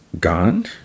gone